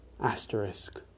asterisk